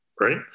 right